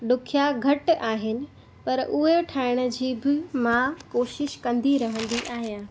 ॾुखिया घटि आहिनि पर उहे ठाहिण जी बि मां कोशिश कंदी रहंदी आहियां